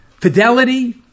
fidelity